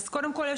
קודם כל,